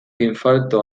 infarto